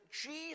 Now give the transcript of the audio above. Jesus